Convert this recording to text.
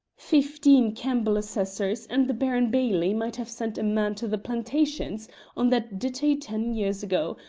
fifteen campbell assessors and the baron bailie might have sent a man to the plantations on that dittay ten years ago,